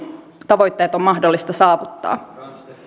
tavoitteet on mahdollista saavuttaa